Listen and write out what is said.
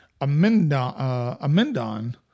Amendon